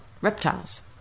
Reptiles